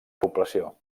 població